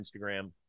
Instagram